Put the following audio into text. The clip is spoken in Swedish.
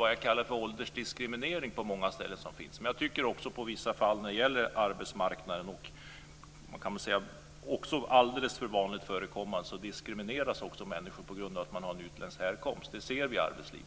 den s.k. åldersdiskriminering som finns på många ställen. Men det är alldeles för vanligt förekommande att människor diskrimineras på grund av utländsk härkomst. Det ser vi i arbetslivet.